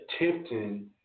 attempting